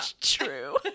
true